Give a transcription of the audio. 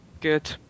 Good